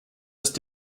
ist